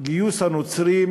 גיוס הנוצרים